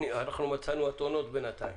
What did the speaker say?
מצאנו אתונות בינתיים,